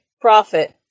profit